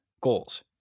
goals